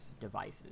devices